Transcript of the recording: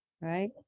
right